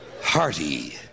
hearty